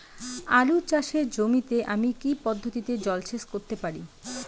আলু চাষে জমিতে আমি কী পদ্ধতিতে জলসেচ করতে পারি?